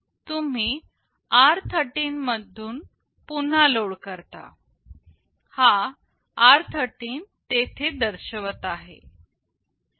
तुम्ही r13 मधून पुन्हा लोड करता हा r13 तेथे दर्शवित आहे